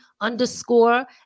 underscore